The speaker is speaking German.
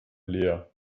leer